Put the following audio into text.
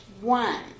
one